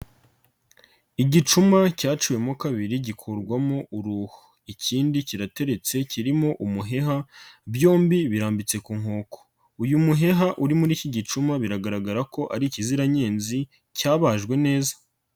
Igicuma cyaciwemo kabiri gikurwamowo uruho, ikindi kirateretse kirimo umuheha byombi birambitse ku nkoko, uyu muheha uri muri iki gicuma biragaragara ko ari ikiziranyenzi cyabajwe neza.